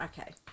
Okay